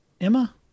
Emma